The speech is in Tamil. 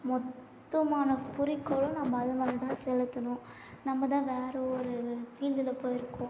மொத்தமான குறிக்கோளாக நம்ம அது மேலே தான் செலுத்துணும் நம்ம தான் வேற ஒரு ஃபீல்டில் போயிருக்கோம்